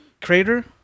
crater